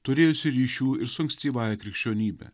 turėjusi ryšių ir su ankstyvąja krikščionybe